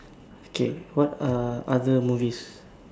okay what are other movies